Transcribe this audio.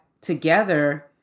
together